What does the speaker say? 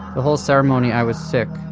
the whole ceremony i was sick,